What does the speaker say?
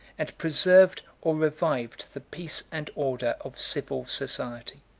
and preserved or revived the peace and order of civil society.